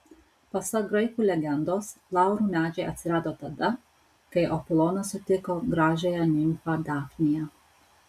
pasak graikų legendos laurų medžiai atsirado tada kai apolonas sutiko gražiąją nimfą dafniją